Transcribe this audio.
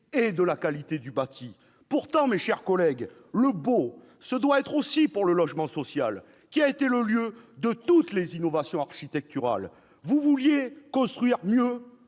et de la qualité du bâti. Pourtant, mes chers collègues, le beau, ce doit être aussi pour le logement social, qui a été le lieu de toutes les innovations architecturales. Vous vouliez « construire mieux,